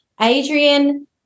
Adrian